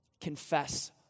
confess